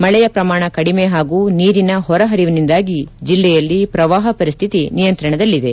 ಮಳೆಯ ಪ್ರಮಾಣ ಕಡಿಮೆ ಹಾಗೂ ನೀರಿನ ಹೊರ ಹರಿವಿನಿಂದಾಗಿ ಜೆಲ್ಲೆಯಲ್ಲಿ ಪ್ರವಾಪ ಪರಿಸ್ತಿತಿ ನಿಯಂತ್ರಣದಲ್ಲಿದೆ